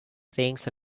things